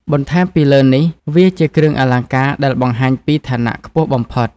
បន្ថែមពីលើនេះវាជាគ្រឿងអលង្ការដែលបង្ហាញពីឋានៈខ្ពស់បំផុត។